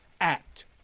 act